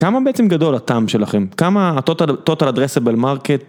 כמה בעצם גדול ה-TAM שלכם? כמה ה-Total Addressable Market?